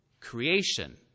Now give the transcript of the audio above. creation